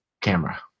camera